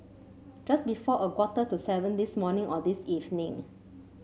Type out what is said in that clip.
just before a quarter to seven this morning or this evening